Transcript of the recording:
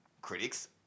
critics